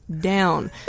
down